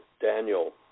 Daniel